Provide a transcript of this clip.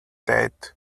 date